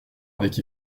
avec